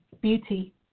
beauty